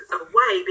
away